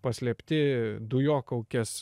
paslėpti dujokaukės